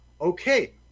Okay